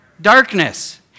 Darkness